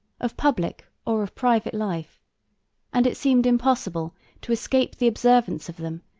of public or of private life and it seemed impossible to escape the observance of them,